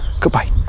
Goodbye